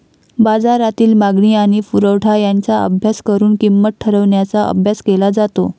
बाजारातील मागणी आणि पुरवठा यांचा अभ्यास करून किंमत ठरवण्याचा अभ्यास केला जातो